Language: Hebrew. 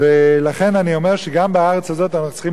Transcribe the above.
ולכן אני אומר שגם בארץ הזאת אנחנו צריכים להיות